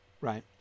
right